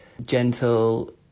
gentle